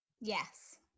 Yes